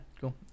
Cool